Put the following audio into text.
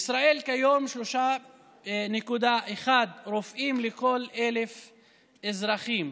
בישראל כיום 3.1 רופאים על כל 1,000 אזרחים,